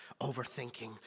overthinking